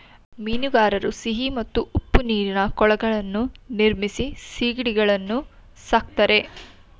ಮೀನುಗಾರರು ಸಿಹಿ ಮತ್ತು ಉಪ್ಪು ನೀರಿನ ಕೊಳಗಳನ್ನು ನಿರ್ಮಿಸಿ ಸಿಗಡಿಗಳನ್ನು ಸಾಕ್ತರೆ